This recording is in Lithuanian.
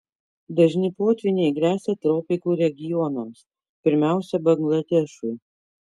dažni potvyniai gresia tropikų regionams pirmiausia bangladešui